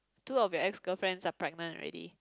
two of your ex girlfriend are pregnant already